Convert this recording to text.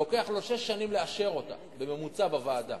לוקח לו בממוצע שש שנים לאשר אותה בוועדה.